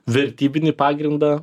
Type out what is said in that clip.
vertybinį pagrindą